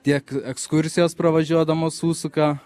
tiek ekskursijos pravažiuodamos užsuka